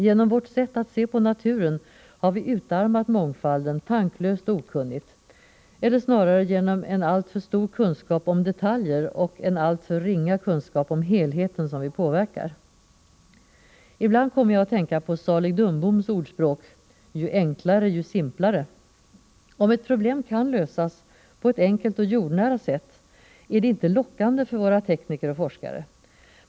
Genom vårt sätt att se på naturen har vi utarmat mångfalden, tanklöst och okunnigt, eller snarare genom en alltför stor kunskap om detaljer och en alltför ringa kunskap om den helhet vi påverkar. Ibland kommer jag att tänka på Salig Dumboms ordspråk: Ju enklare, ju simplare. Om ett problem kan lösas på ett enkelt och jordnära sätt är det inte lockande för våra tekniker och forskare.